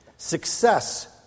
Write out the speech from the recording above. Success